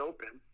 Open